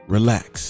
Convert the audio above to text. relax